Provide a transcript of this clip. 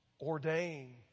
ordain